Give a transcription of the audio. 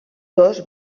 dos